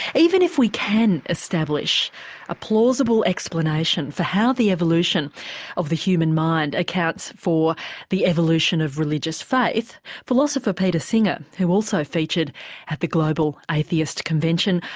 even if we can establish a plausible explanation for how the evolution of the human mind accounts for the evolution of religious faith, philosopher peter singer, who also featured at the global atheist convention,